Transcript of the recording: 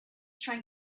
trying